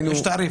יש תעריף.